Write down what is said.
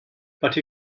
but